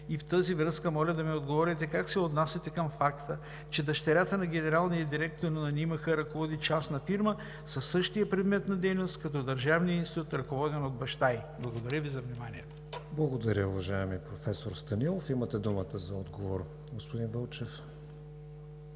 И в тази връзка моля да ми отговорите: как се отнасяте към факта, че дъщерята на генералния директор на НИМХ ръководи частна фирма със същия предмет на дейност като Държавния институт, ръководен от баща ѝ? Благодаря Ви за вниманието. ПРЕДСЕДАТЕЛ КРИСТИАН ВИГЕНИН: Благодаря, уважаеми професор Станилов. Имате думата за отговор, господин Вълчев.